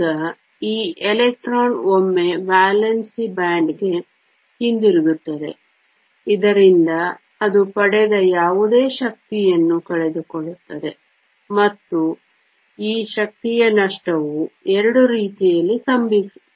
ಈಗ ಈ ಎಲೆಕ್ಟ್ರಾನ್ ಒಮ್ಮೆ ವೇಲೆನ್ಸಿ ಬ್ಯಾಂಡ್ಗೆ ಹಿಂತಿರುಗುತ್ತದೆ ಇದರಿಂದ ಅದು ಪಡೆದ ಯಾವುದೇ ಶಕ್ತಿಯನ್ನು ಕಳೆದುಕೊಳ್ಳುತ್ತದೆ ಮತ್ತು ಈ ಶಕ್ತಿಯ ನಷ್ಟವು 2 ರೀತಿಯಲ್ಲಿ ಸಂಭವಿಸಬಹುದು